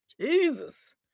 Jesus